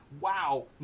wow